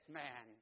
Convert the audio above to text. man